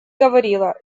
говорила